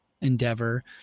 endeavor